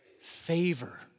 favor